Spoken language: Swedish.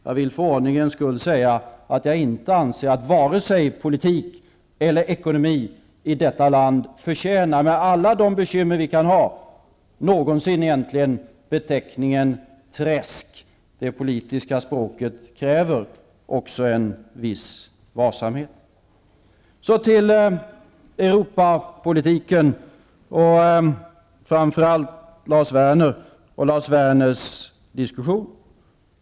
Jag vill för ordningens skulle säga att jag inte anser att vare sig politik eller ekonomi i detta land -- trots alla de bekymmer vi kan ha -- någonsin förtjänar beteckningen träsk. Det politiska språket kräver också en viss varsamhet. Så till Europapolitiken och Lars Werners diskussion.